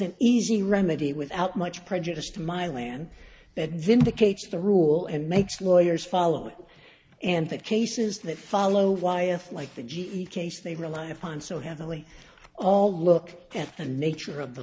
an easy remedy without much prejudiced milan that vindicates the rule and makes lawyers follow and the cases that follow why earth like the g e case they rely upon so heavily all look at the nature of the